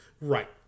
right